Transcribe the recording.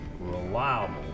reliable